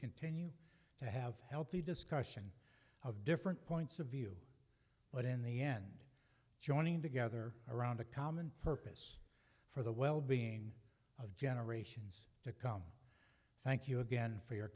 continue to have a healthy discussion of different points of view but in the end joining together around a common purpose for the well being of generations to come thank you again for your